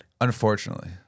Unfortunately